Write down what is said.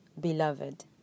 beloved